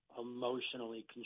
emotionally